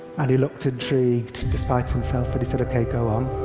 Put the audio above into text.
and he looked intrigued despite himself, and he said, okay, go on.